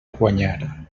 guanyar